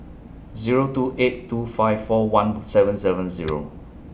Zero two eight two five four one seven seven Zero